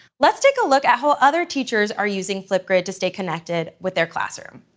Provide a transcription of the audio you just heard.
let's take a look at how other teachers are using flipgrid to stay connected with their classroom.